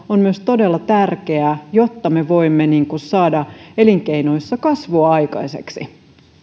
on myös todella tärkeä jotta me voimme saada elinkeinoissa kasvua aikaiseksi